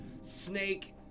snake